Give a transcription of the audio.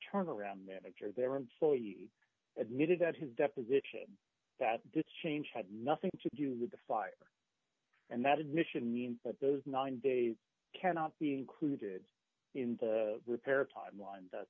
turn around manager their employee admitted that his deposition that did change had nothing to do with the fire and that admission means that those nine days cannot be included in the repair timeline th